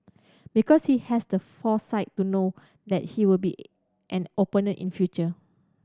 because he has the foresight to know that he will be an opponent in future